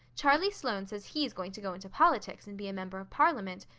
charlie sloane says he's going to go into politics and be a member of parliament,